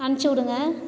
அமிச்சுடுங்க